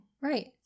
Right